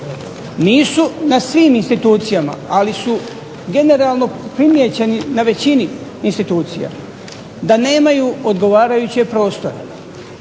nisu na svim institucijama, ali su generalno primijećeni na većini institucija, da nemaju odgovarajuće prostore,